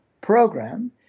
program